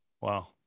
Wow